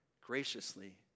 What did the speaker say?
graciously